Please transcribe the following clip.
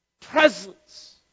presence